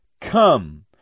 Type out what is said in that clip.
come